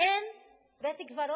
אין בית-קברות